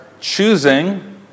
choosing